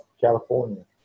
California